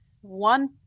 One